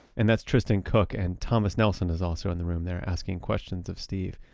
and that's tristan cooke. and thomas nelson is also in the room there asking questions of steve.